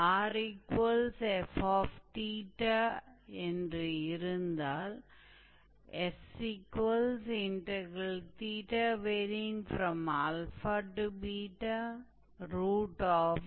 तो इस मामले में लेटस रेक्टम का एक्सट्रीमिटी एल का एब्सिस्सा या एक्स पॉइंट मूल रूप से 2a है